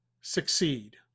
succeed